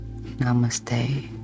namaste